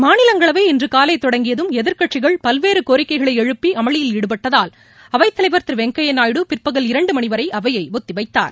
மாநிலங்களவை இன்று காலை தொடங்கியதும் எதிர்க்கட்சிகள் பல்வேறு கோரிக்கைகளை எழுப்பி அமளியில் ஈடுபட்டதால் அவைத்தலைவா திரு வெங்கையா நாயுடு பிற்பகல் இரண்டு மனி வரை அவையை ஒத்திவைத்தார்